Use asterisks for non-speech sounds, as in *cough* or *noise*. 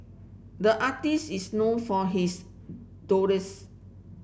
the artist is known for his *unintelligible*